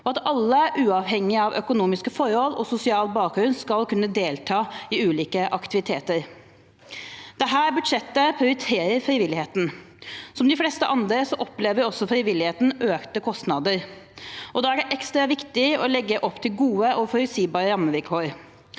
og at alle, uavhengig av økonomiske forhold og sosial bakgrunn, skal kunne delta i ulike aktiviteter. Dette budsjettet prioriterer frivilligheten. Som de fleste andre, opplever også frivilligheten økte kostnader. Da er det ekstra viktig å legge opp til gode og forutsigbare rammevilkår.